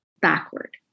backward